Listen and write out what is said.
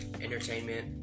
entertainment